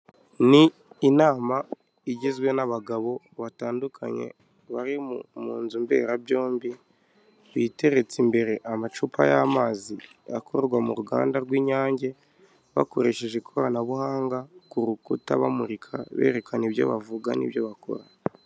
Ni inama igizwe n'abagabo batandukanye bari mu nzu mberabyombi biteretse imbere amacupa y'amazi akorwa mu ruganda rw'inyange bakoresheje ikoranabuhanga ku rukuta bamurika berekana ibyo bavuga n'ibyo bakora.